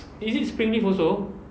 is it spring leaf also